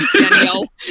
Danielle